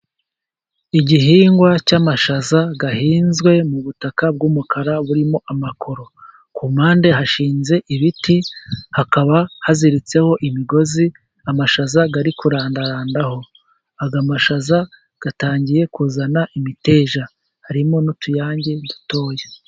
Igihingwa cy'amashaza ahinzwe mu butaka bw'umukara burimo amakoro, ku mpande hashinze ibiti hakaba haziritseho imigozi amashaza ari kurandarandaho, ay'amashaza atangiye kuzana imiteja harimo n'utuyange dutoya.